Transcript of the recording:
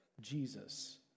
Jesus